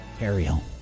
Ariel